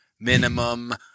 minimum